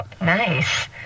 Nice